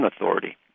authority